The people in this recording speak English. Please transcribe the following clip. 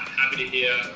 happy to hear.